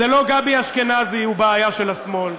זה לא גבי אשכנזי שהוא בעיה של השמאל,